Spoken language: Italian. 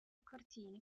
cortili